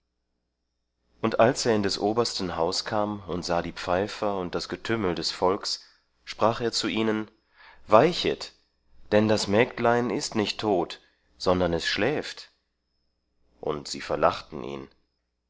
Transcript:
und als er in des obersten haus kam und sah die pfeifer und das getümmel des volks sprach er zu ihnen weichet denn das mägdlein ist nicht tot sondern es schläft und sie verlachten ihn